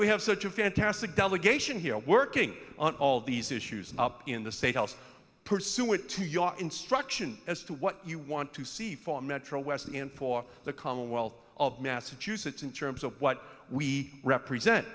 we have such a fantastic delegation here working on all these issues up in the state house pursuant to your instruction as to what you want to see for metro west and for the commonwealth of massachusetts in terms of what we represent